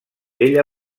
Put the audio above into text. ella